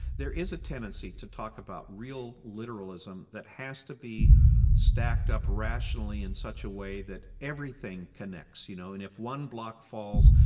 there is a tendency to talk about real literalism that has to be stacked up rationally in such a way that everything connects, you know. and if one block falls,